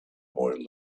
boy